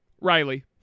Riley